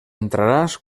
entraràs